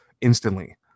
instantly